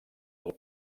del